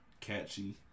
catchy